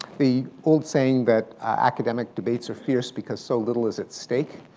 the old saying that academic debates are fierce because so little is at stake,